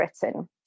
Britain